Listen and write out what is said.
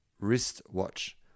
wristwatch